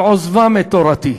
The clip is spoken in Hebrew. על עוזבם את תורתי.